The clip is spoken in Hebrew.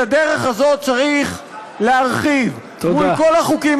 את הדרך הזאת צריך להרחיב מול כל החוקים